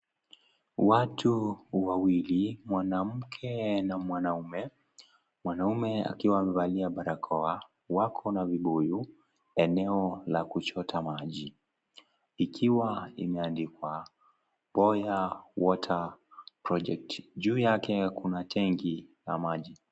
Watu wawili, mwanamke na mwanamme, mwanamme akiwa amevalia barakoa, wako na vibuyu eneo la kuchota maji ikiwa imeandikwa " Boya Water Project", juu yake kuna tenki ya maji.